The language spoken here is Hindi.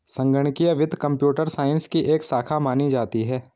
संगणकीय वित्त कम्प्यूटर साइंस की एक शाखा मानी जाती है